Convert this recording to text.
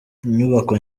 inyubako